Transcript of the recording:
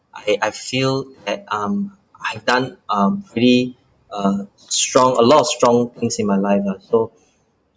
I I feel that um I've done um really uh strong a lot of strong things in my life lah so